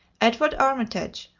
edward armitage,